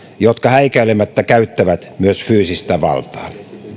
jotka häikäilemättä käyttävät myös fyysistä valtaa